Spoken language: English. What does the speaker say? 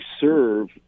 serve